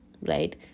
right